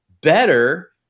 better